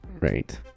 right